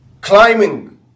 climbing